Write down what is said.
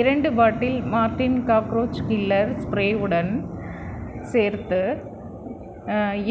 இரண்டு bottle Martin cockroach killer ஸ்ப்ரேவுடன் சேர்த்து